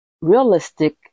Realistic